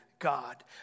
God